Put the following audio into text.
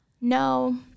No